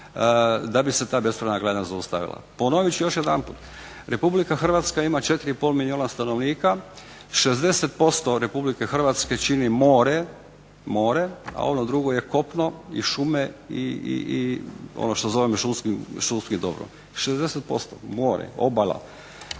da bi se ta bespravna gradnja zaustavila. Ponovit ću još jedanput Republika Hrvatska ima 4 i pol milijuna stanovnika. 60% Republike Hrvatske čini more, a ono drugo je kopno i šume i ono što zovemo šumskim dobrom. 60% more, obala.